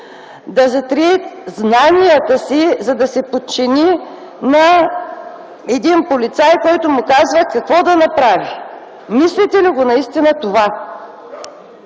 да затрие знанията си, за да се подчини на един полицай, който му казва какво да направи?! Мислите ли го наистина това?!